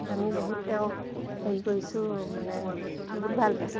আমি বহুত তেওঁক হেৰি কৰিছোঁ মানে বহুত ভাল পাইছোঁ